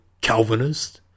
Calvinist